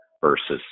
versus